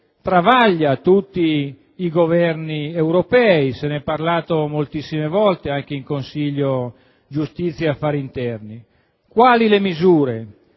travaglia tutti i Governi europei, se ne è parlato spesso anche in Consiglio giustizia e affari interni. Quali le misure?